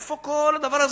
איפה כל הדבר הזה?